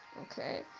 okay